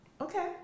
Okay